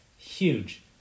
huge